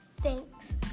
Thanks